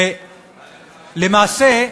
ולמעשה,